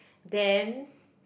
then